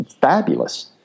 fabulous